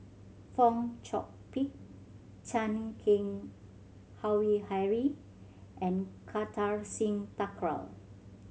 Fong Chong Pik Chan Keng Howe Harry and Kartar Singh Thakral